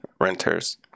renters